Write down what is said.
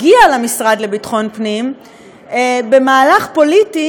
הגיעה למשרד לביטחון פנים במהלך פוליטי